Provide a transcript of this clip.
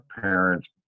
parents